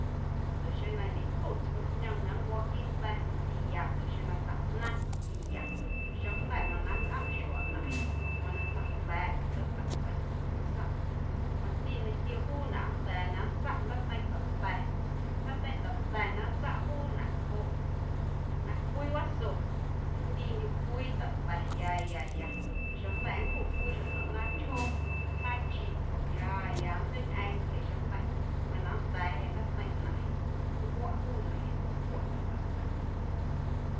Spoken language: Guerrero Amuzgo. Ndoꞌ xeⁿ na ñecjuꞌ tscojñom na nncua quiiꞌ nda̱ mati ya ndoꞌ xeⁿ na taꞌnaⁿ mati ya xeⁿjnda̱ mana nncꞌomꞌ xuaaꞌnaⁿꞌ jeꞌ mana jnda̱ jnda̱a̱ꞌ ndaatsꞌatseiꞌ ꞌnaⁿꞌ na saꞌ mati ñequio juunaꞌ nnda̱a̱ na nntsaꞌ ndaateiⁿ ta̱ta̱, ndaateiⁿ ta̱ta̱ na nntsaꞌ juunaꞌ joꞌ na cwii waso ꞌndiindyuꞌ cwii ta̱ta̱ yayaya xeⁿjnda̱ nncjuꞌ cwii xjotsuaꞌnaaⁿ chjoo tsjaaⁿꞌchi ya ya nntseiñꞌeeⁿꞌndyuꞌ jeꞌ xeⁿjnda̱ mana nda̱a̱ꞌ jeꞌ ndaateiⁿ ꞌnaⁿꞌ jeꞌ nncꞌuaꞌ juunaꞌ jeꞌ ndoꞌ nlcwaꞌ ndaatsꞌatseiꞌ.